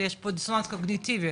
יש פה דיסוננס קוגניטיבי